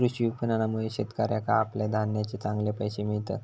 कृषी विपणनामुळे शेतकऱ्याका आपल्या धान्याचे चांगले पैशे मिळतत